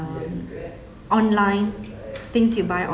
um online things you buy on